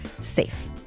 safe